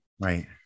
right